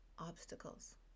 obstacles